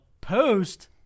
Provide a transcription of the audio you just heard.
post